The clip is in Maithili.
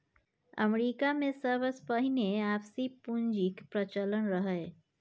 अमरीकामे सबसँ पहिने आपसी पुंजीक प्रचलन रहय